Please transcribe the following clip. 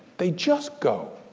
they just go,